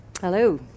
Hello